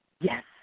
Yes